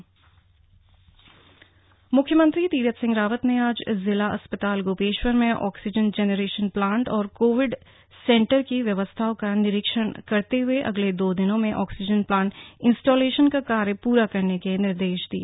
चमोली में oxygen plant का निरीक्षण मुख्यमंत्री तीरथ सिंह रावत ने आज जिला अस्पताल गोपेश्वर में ऑक्सीजन जनरेशन प्लांट और कोविड सेंटर की व्यवस्थाओं का निरीक्षण करते हुए अगले दो दिनों में ऑक्सीजन प्लांट स्टॉलेशन का कार्य पूरा करने के निर्देश दिए